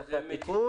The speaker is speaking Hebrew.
זה אחרי התיקון.